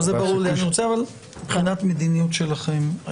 מבחינת המדיניות שלכם.